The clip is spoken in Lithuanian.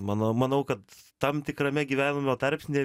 mano manau kad tam tikrame gyvenimo tarpsny